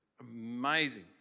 amazing